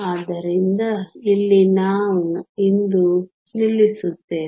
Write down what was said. ಆದ್ದರಿಂದ ಇಲ್ಲಿ ನಾವು ಇಂದು ನಿಲ್ಲಿಸುತ್ತೇವೆ